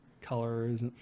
colors